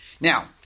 Now